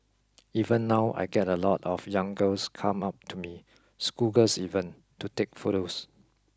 even now I get a lot of young girls come up to me schoolgirls even to take photos